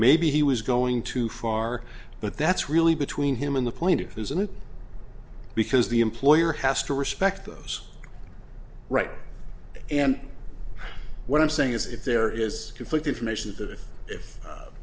maybe he was going too far but that's really between him and the plaintiff isn't it because the employer has to respect those rights and what i'm saying is if there is conflict information that if